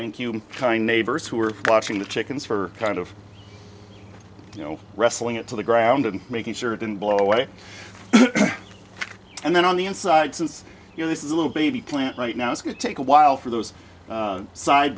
thank you and kind neighbors who were watching the chickens for kind of you know wrestling it to the ground and making sure it didn't blow away and then on the inside since you know this is a little baby plant right now it's going to take a while for those side